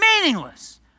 Meaningless